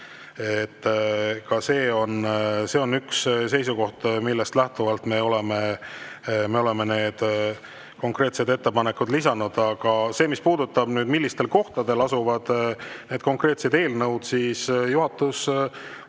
Ka see on üks seisukoht, millest lähtuvalt me oleme need konkreetsed [eelnõud järjestanud]. Aga mis puudutab veel seda, millistel kohtadel asuvad konkreetsed eelnõud, siis juhatus on